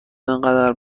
اینقدر